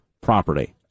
property